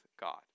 God